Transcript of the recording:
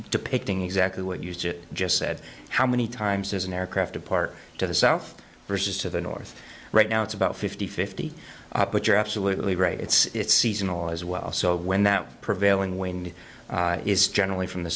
depicting exactly what used it just said how many times is an aircraft a part to the south versus to the north right now it's about fifty fifty but you're absolutely right it's seasonal as well so when the prevailing wind is generally from the